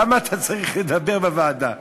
למה אתה צריך לדבר בוועדה?